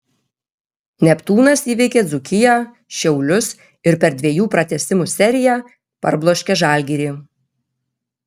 neptūnas įveikė dzūkiją šiaulius ir per dviejų pratęsimų seriją parbloškė žalgirį